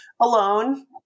alone